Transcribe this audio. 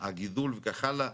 הגידול וכך הלאה.